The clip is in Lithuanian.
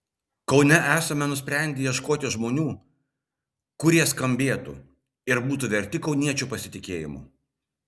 kaune esame nusprendę ieškoti žmonių kurie skambėtų ir būtų verti kauniečių pasitikėjimo